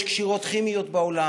יש קשירות כימיות בעולם.